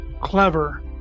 clever